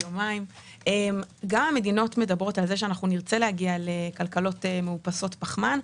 גם המדינות מדברות על כך שנרצה להגיע לכלכלות מאופסות פחמן.